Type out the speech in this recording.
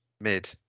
Mid